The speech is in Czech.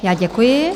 Já děkuji.